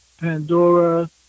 Pandora